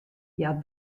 hja